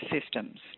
systems